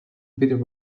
bit